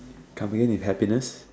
coming in with happiness